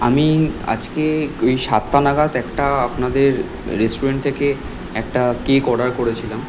আমি আজকে এই সাতটা নাগাদ একটা আপনাদের রেস্টুরেন্ট থেকে একটা কেক অর্ডার করেছিলাম